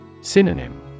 Synonym